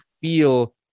feel